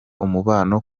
umubano